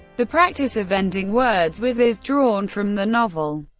the practice of ending words with is drawn from the novel.